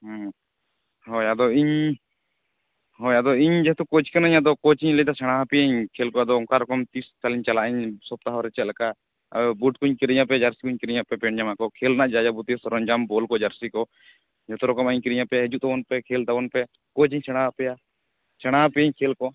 ᱦᱳᱭ ᱟᱫᱚ ᱤᱧ ᱦᱳᱭ ᱤᱧ ᱡᱮᱦᱮᱛᱩ ᱠᱳᱪ ᱠᱟᱹᱱᱟᱹᱧ ᱟᱫᱚ ᱠᱳᱪ ᱤᱧ ᱞᱟᱹᱭᱮᱫᱟ ᱥᱮᱬᱟ ᱟᱯᱮᱭᱟᱹᱧ ᱠᱷᱮᱞ ᱠᱚ ᱟᱫᱚ ᱚᱱᱠᱟ ᱨᱚᱠᱚᱢ ᱛᱤᱥ ᱛᱟᱦᱚᱞᱮᱧ ᱥᱚᱯᱛᱟ ᱦᱚᱨᱮ ᱪᱮᱫ ᱞᱮᱠᱟ ᱵᱩᱴ ᱠᱚᱹᱧ ᱠᱤᱨᱤᱧ ᱟᱯᱮᱭᱟ ᱡᱟᱨᱥᱤ ᱠᱚᱹᱧ ᱠᱤᱨᱤᱧ ᱟᱯᱮᱭᱟ ᱯᱮᱱ ᱡᱟᱢᱟ ᱠᱚ ᱠᱷᱮᱞ ᱨᱮᱱᱟᱜ ᱡᱟ ᱡᱟᱵᱚᱛᱤᱭᱳ ᱥᱟᱨᱚᱧᱡᱟᱢ ᱵᱚᱞ ᱠᱚ ᱡᱟᱨᱥᱤ ᱠᱚ ᱡᱚᱛᱚ ᱨᱚᱠᱚᱢᱟᱜ ᱤᱧ ᱠᱤᱨᱤᱧ ᱟᱯᱮᱭᱟ ᱦᱤᱡᱩᱜ ᱛᱟᱵᱚᱱ ᱯᱮ ᱠᱷᱮᱞ ᱛᱟᱵᱚᱱ ᱯᱮ ᱠᱳᱪ ᱤᱧ ᱥᱮᱬᱟ ᱟᱯᱮᱭᱟ ᱥᱮᱬᱟ ᱟᱯᱮᱭᱟᱹᱧ ᱠᱷᱮᱞ ᱠᱚ